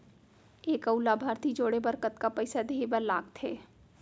एक अऊ लाभार्थी जोड़े बर कतका पइसा देहे बर लागथे?